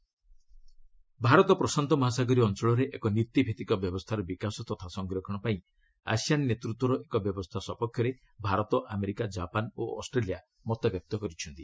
US Indo Pacific Bharat ପ୍ରଶାନ୍ତ ମହାସାଗରୀୟ ଅଞ୍ଚଳରେ ଏକ ନୀତିଭିତ୍ତିକ ବ୍ୟବସ୍ଥାର ବିକାଶ ତଥା ସଂରକ୍ଷଣ ପାଇଁ ଆସିଆନ ନେତୃତ୍ୱର ଏକ ବ୍ୟବସ୍ଥା ସପକ୍ଷରେ ଭାରତ ଆମେରିକା ଜାପାନ୍ ଓ ଅଷ୍ଟ୍ରେଲିଆ ମତବ୍ୟକ୍ତ କରିଛନ୍ତି